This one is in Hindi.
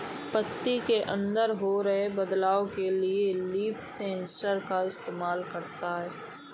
पत्ती के अंदर हो रहे बदलाव के लिए मैं लीफ सेंसर का इस्तेमाल करता हूँ